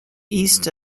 east